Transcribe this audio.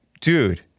Dude